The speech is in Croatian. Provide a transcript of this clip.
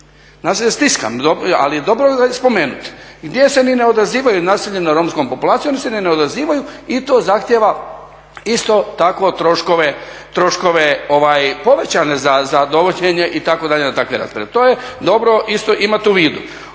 naselje Stiska, ali dobro ga je spomenuti. Gdje se ni ne odazivaju, naseljena romskom populacijom, oni se ni ne odazivaju i to zahtjeva isto tako troškove povećane za dovođenje, itd. …. To je dobro isto imati u vidu.